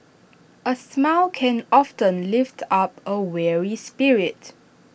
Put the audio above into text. A smile can often lift up A weary spirit